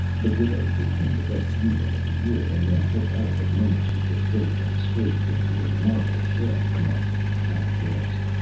the widow gave him the best funeral of the year and then put all the money she could rake and scrape into a marble shaft marked at rest.